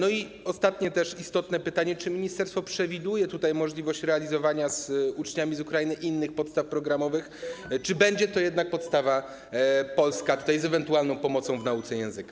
Ostatnie, też istotne pytanie: Czy ministerstwo przewiduje możliwość realizowania z uczniami z Ukrainy innych podstaw programowych, czy będzie to jednak podstawa polska z ewentualną pomocą w nauce języka?